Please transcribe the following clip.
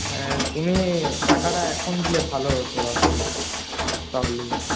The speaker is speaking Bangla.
হ্যাঁ তুমি টাকাটা এখন দিলে ভালো হত আসলে তাহলে